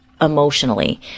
emotionally